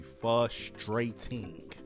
frustrating